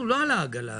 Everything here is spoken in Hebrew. אנחנו לא על העגלה הזאת.